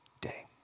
day